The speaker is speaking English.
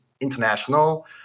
international